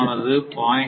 ஆனது 0